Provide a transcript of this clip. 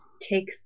Take